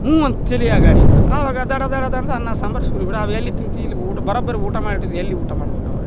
ಹ್ಞೂ ಅಂತ ತೆಲಿಯಾಗ ಆಡ್ಸಿಬಿಡೋದ್ ಅವಾಗ ದಡ ದಡ ದಡ ಅಂತ ಅನ್ನ ಸಾಂಬಾರು ಸುರಿ ಬಿಡ ಅವು ಎಲ್ಲಿ ತಿಂತಿ ಇಲ್ಲಿ ಊಟ ಬರೋಬ್ಬರಿ ಊಟ ಮಾಡಿ ಇಟ್ಟು ಎಲ್ಲಿ ಊಟ ಮಾಡ್ಬಕು ಅವಾಗ